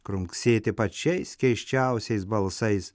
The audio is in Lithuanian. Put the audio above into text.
krunksėti pačiais keisčiausiais balsais